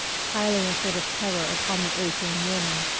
piling a sort of terror upon the ache and yearning.